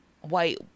white